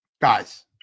Guys